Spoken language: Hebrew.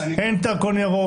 אין דרכון ירוק.